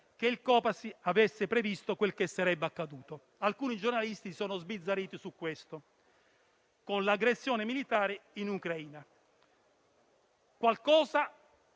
che il Copasir aveva previsto quel che sarebbe accaduto - alcuni giornalisti si sono sbizzarriti su questo - con l'aggressione militare in Ucraina. Qualcosa